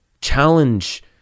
Challenge